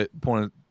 point